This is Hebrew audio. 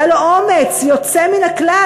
היה לו אומץ יוצא מן הכלל,